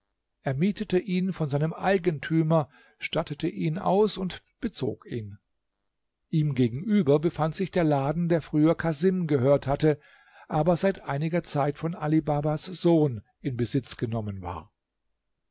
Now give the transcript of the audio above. er mietete ihn von seinem eigentümer stattete ihn aus und bezog ihn ihm gegenüber befand sich der laden der früher casim gehört hatte aber seit einiger zeit von ali babas sohn in besitz genommen war